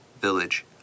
Village